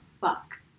fuck